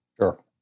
Sure